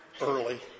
early